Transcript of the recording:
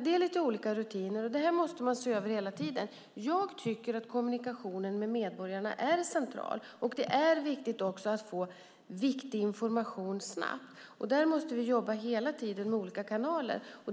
Det är lite olika rutiner, och detta måste man se över hela tiden. Jag tycker att kommunikationen med medborgarna är central, och det är viktigt att få viktig information snabbt. Här måste vi hela tiden jobba med olika kanaler.